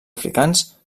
africans